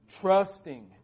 Trusting